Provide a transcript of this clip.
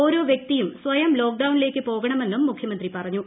ഓരോ വൃക്തിയും സ്വയം ലോക്ക്ഡൌണിലേക്ക് പോകണമെന്നും മുഖ്യമന്ത്രി പറഞ്ഞു